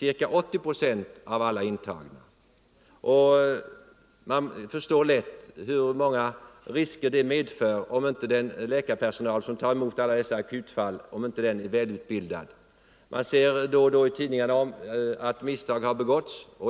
ca 80 procent av alla intagna. Det är lätt att förstå vilka risker det medför, om inte den läkarpersonal som tar emot alla dessa akutfall är välutbildad. Man ser då och då i tidningarna att misstag har begåtts.